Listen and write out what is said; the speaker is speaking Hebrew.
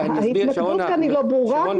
ההתמקדות כאן לא ברורה,